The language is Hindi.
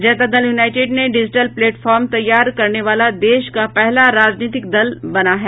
जनता दल यूनाईटेड ने डिजिटल प्लेटफॉर्म तैयार करने वाला देश का पहला राजनीतिक दल बना है